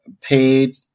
paid